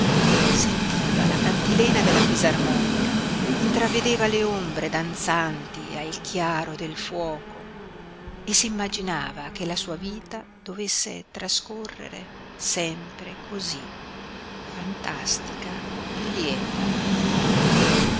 sentiva la cantilena della fisarmonica intravedeva le ombre danzanti al chiaro del fuoco e s'immaginava che la sua vita dovesse trascorrere sempre cosí fantastica e lieta